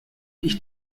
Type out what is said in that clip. ich